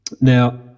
now